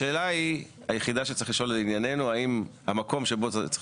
השאלה היחידה שצריך לשאול לעניינינו היא המקום שצריך